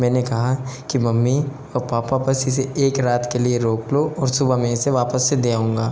मैंने कहा कि मम्मी और पापा बस इसे एक रात के लिए रोक लो और सुबह में इसे वापस से दे आऊँगा